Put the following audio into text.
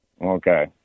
Okay